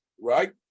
right